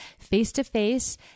face-to-face